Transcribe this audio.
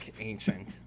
ancient